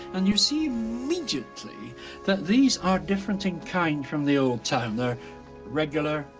and you see immediately that these are different in kind from the old town. they're regular,